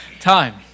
time